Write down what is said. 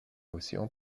océan